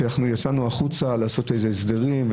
כשיצאנו לעשות הסדרים,